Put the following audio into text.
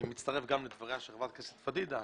אני מצטרף לדבריה של חברת הכנסת פדידה,